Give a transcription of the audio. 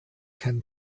can